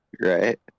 Right